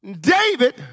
David